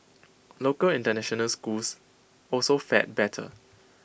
local International schools also fared better